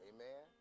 Amen